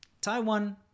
Taiwan